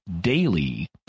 daily